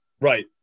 Right